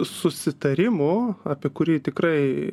susitarimų apie kurį tikrai